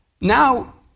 now